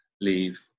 leave